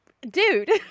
dude